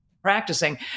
practicing